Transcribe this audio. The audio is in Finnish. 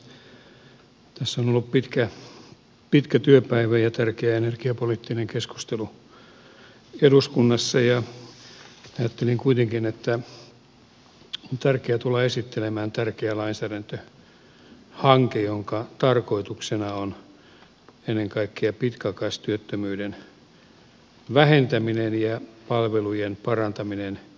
tässä on ollut pitkä työpäivä ja tärkeä energiapoliittinen keskustelu eduskunnassa ja ajattelin kuitenkin että on tärkeää tulla esittelemään tärkeä lainsäädäntöhanke jonka tarkoituksena on ennen kaikkea pitkäaikaistyöttömyyden vähentäminen ja palvelujen parantaminen näiden ihmisten osalta